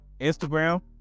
Instagram